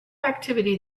activity